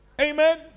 Amen